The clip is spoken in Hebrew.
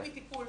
זה חלק מטיפול.